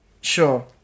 Sure